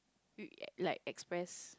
reac~ like express